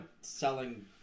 selling